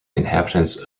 inhabitants